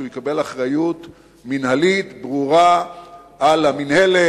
שהוא יקבל אחריות מינהלית ברורה למינהלת,